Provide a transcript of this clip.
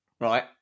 right